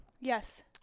Yes